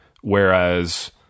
Whereas